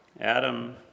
Adam